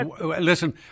Listen